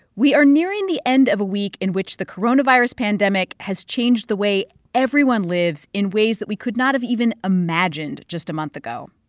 we are nearing the end of a week in which the coronavirus pandemic has changed the way everyone lives in ways that we could not have even imagined just a month ago.